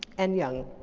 and young.